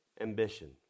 ambition